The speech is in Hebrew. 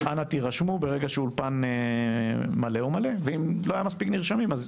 אנא תירשמו ברגע שאולפן מלא הוא מלא ואם לא היה מספיק נרשמים אז